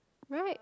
right